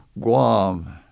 Guam